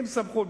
עם סמכות,